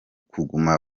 kuguma